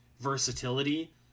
versatility